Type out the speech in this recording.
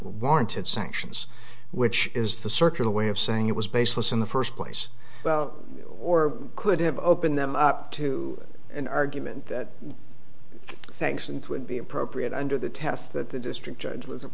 warranted sanctions which is the circular way of saying it was baseless in the first place or could have opened them up to an argument that sanctions would be appropriate under the tests that the district judge was a